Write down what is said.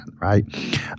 right